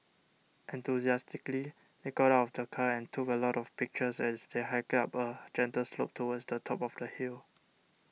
enthusiastically they got out of the car and took a lot of pictures as they hiked up a gentle slope towards the top of the hill